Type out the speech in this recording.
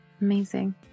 Amazing